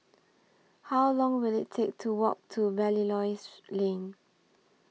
How Long Will IT Take to Walk to Belilios Lane